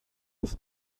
ich